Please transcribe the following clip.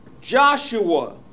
Joshua